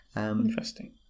Interesting